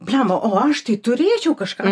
blemba o aš tai turėčiau kažką